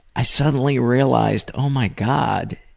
i suddenly realized oh my god,